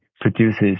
produces